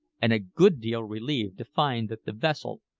and a good deal relieved to find that the vessel,